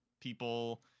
people